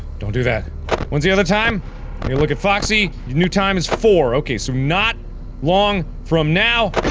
don't do that when's the other time you look at foxy new time is four okay so not long from now